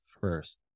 first